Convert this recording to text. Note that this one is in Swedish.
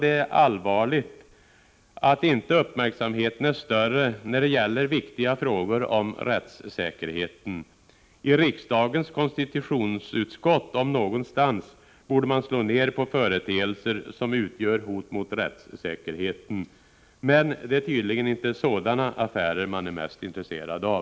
Det är allvarligt att inte uppmärksamheten är större när det gäller viktiga frågor om rättssäkerheten. I riksdagens konstitutionsutskott om någonstans borde man slå ned på företeelser som utgör hot mot rättssäkerheten. Men det är tydligen inte sådana ”affärer” man är mest intresserad av.